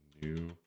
New